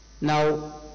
Now